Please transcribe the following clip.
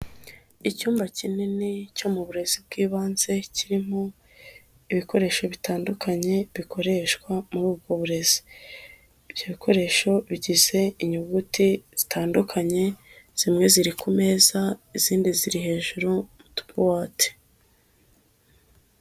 Icyumba kinini cyo mu burezi bw'ibanze kirimo ibikoresho bitandukanye bikoreshwa muri ubwo burezi, ibyo bikoresho bigize inyuguti zitandukanye zimwe ziri ku meza, izindi ziri hejuru mu tubuwate.